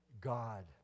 God